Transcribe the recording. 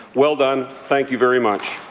well done. thank you very much.